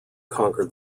conquer